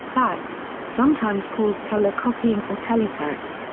fax, sometimes called telecopying or telefax,